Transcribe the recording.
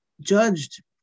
judged